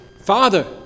father